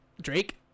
Drake